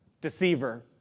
deceiver